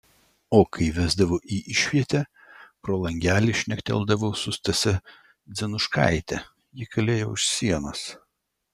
o kai vesdavo į išvietę pro langelį šnekteldavau su stase dzenuškaite ji kalėjo už sienos